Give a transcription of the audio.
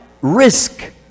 risk